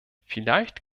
vielleicht